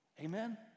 Amen